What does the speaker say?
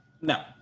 No